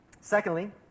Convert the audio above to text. Secondly